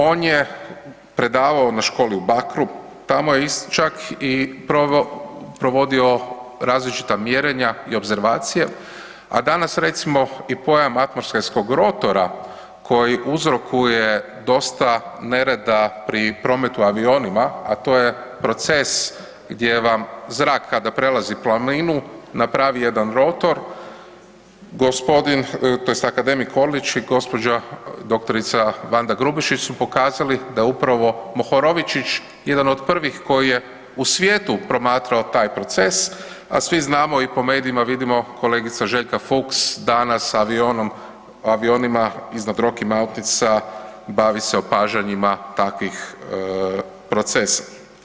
On je predavao na školi u Bakru, tamo je čak i proveo, provodio različita mjerenja i opservacije, a danas recimo i pojam „atmosferskog rotora“ koji uzrokuje dosta nereda pri prometu avionima, a to je proces gdje vam zrak kada prelazi planinu napravi jedan rotor, gospodin tj. akademik Orlić i gđa. dr. Vanda Grubišić su pokazali da je upravo Mohorovičić jedan od prvih koji je u svijetu promatrao taj proces, a svi znamo i po medijima vidimo kolegica Željka Fuchs danas s avionima iznad Rocky Mountainsa bavi se opažanjima takvih procesa.